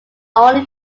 only